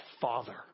Father